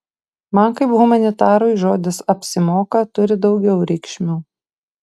man kaip humanitarui žodis apsimoka turi daugiau reikšmių